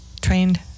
Trained